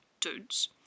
dudes